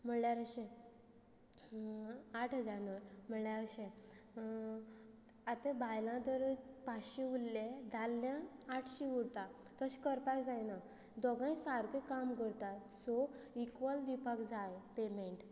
म्हणल्यार अशें आठ हजार न्हू म्हणल्यार अशें आतां बायलां तर पांचशीं उरले दादल्या आठशीं उरता तशें करपाक जायना दोगांय सारकें काम करतात सो इक्वल दिवपाक जाय पेमेंट